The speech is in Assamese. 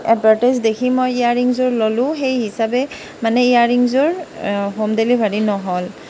এডভাৰ্টাইজ দেখি মই ইয়াৰিঙযোৰ ল'লোঁ সেই হিচাবে মানে ইয়াৰিঙযোৰ হ'ম ডেলিভৰী নহ'ল